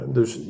Dus